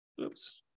Oops